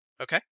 okay